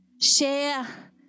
share